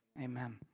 amen